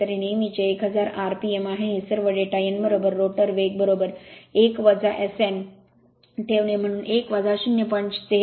तर हे नेहमीचे 1000 rpm आहे हे सर्व डेटा n रोटर वेग 1 S n ठेवणे म्हणून 1 0